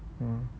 mm